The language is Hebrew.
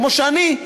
כמו שאני,